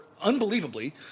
unbelievably